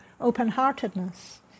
open-heartedness